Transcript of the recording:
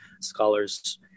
scholars